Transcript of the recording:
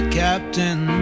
captain